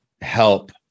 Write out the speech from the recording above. help